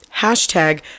hashtag